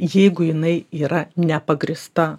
jeigu jinai yra nepagrįsta